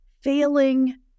Failing